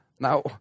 Now